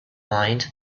mind